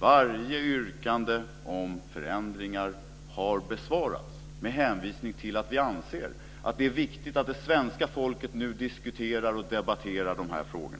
Varje yrkande om förändringar har besvarats med hänvisning till att man anser att det är viktigt att det svenska folket nu diskuterar och debatterar dessa frågor.